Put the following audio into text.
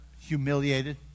humiliated